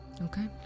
Okay